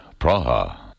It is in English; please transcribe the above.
Praha